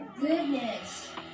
goodness